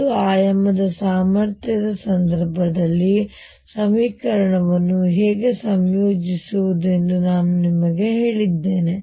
ಒಂದು ಆಯಾಮದ ಸಾಮರ್ಥ್ಯದ ಸಂದರ್ಭದಲ್ಲಿ ಸಮೀಕರಣವನ್ನು ಹೇಗೆ ಸಂಯೋಜಿಸುವುದು ಎಂದು ನಾನು ನಿಮಗೆ ಹೇಳಿದ್ದೇನೆ